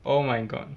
oh my god